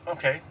Okay